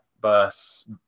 bus